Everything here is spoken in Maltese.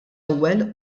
ewwel